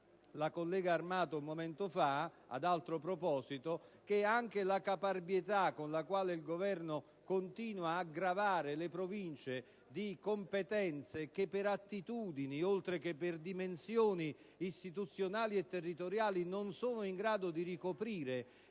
la collega Armato ad altro proposito, potrei parlare della caparbietà con la quale il Governo continua a gravare le Province di competenze che per attitudini, oltre che per dimensioni istituzionali e territoriali, esse non sono in grado di ricoprire,